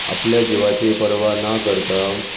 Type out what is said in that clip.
आपल्या जिवाची पर्वा ना करता